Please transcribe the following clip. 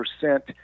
percent